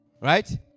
right